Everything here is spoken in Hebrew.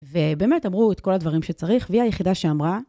ובאמת, אמרו את כל הדברים שצריך, והיא היחידה שאמרה...